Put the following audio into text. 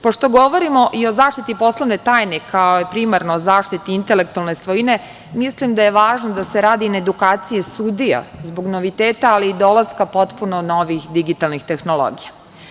Pošto govorimo i o zaštiti poslovne tajne, kao primarnoj zaštiti intelektualne svojine, mislim da je važno da se radi na edukaciji sudija zbog noviteta, ali i dolaska potpuno novih digitalnih tehnologija.